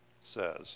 says